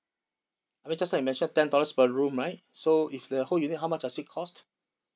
I mean just now I mention ten dollars per room right so if the whole unit how much does it cost